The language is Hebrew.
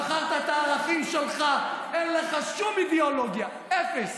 מכרת את הערכים שלך, אין לך שום אידיאולוגיה, אפס.